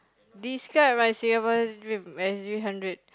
describe my saver's dream S_G-hundred